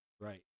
Right